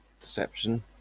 deception